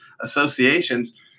associations